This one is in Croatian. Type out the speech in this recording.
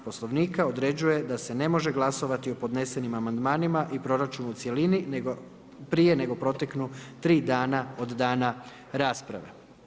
Poslovnika određuje da se ne može glasovati o podnesenim amandmanima i proračunu u cjelini prije nego proteknu 3 dana od dana rasprave.